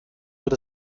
wird